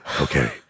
Okay